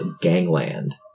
Gangland